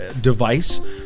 device